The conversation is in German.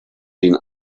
den